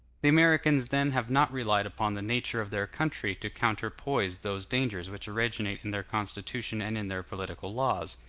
the americans, then, have not relied upon the nature of their country to counterpoise those dangers which originate in their constitution and in their political laws.